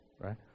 right